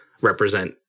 Represent